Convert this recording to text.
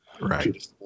right